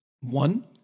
One